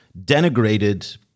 denigrated